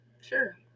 Sure